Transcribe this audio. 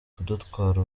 kudutwara